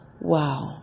Wow